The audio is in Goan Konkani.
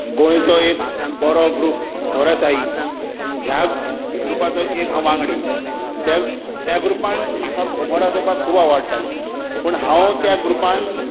गोंयचो एक बरो ग्रुप स्वरसाई ह्या ग्रुपाचो एक हांव वांगडी त्या त्या ग्रुपांत म्हाका घुमट वाजोवपाक खूब आवडटालें पूण हांव त्या ग्रुपांत